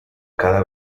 cada